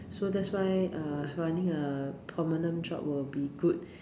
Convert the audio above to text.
so that's why uh running a permanent job will be good